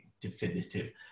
definitive